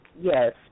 Yes